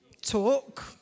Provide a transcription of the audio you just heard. talk